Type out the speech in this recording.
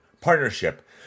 partnership